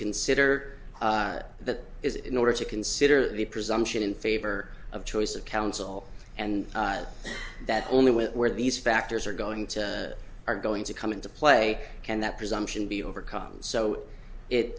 consider that is in order to consider the presumption in favor of choice of counsel and that only with where these factors are going to are going to come into play can that presumption be overcome so it